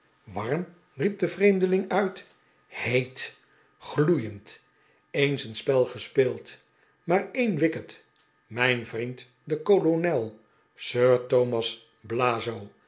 warm riep de vreemdeling uit heet gloeiend eens een spel gespeeld maar een wicket mijn vriend de kolonel sir thomas blazo